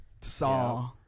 saw